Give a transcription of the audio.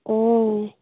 ꯑꯣ